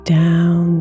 down